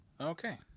Okay